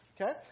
Okay